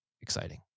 exciting